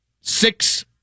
six